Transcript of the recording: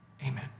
amen